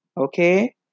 okay